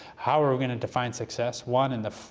how are we going to define success? one, in the